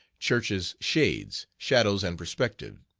church's shades, shadows and perspective.